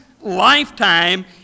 lifetime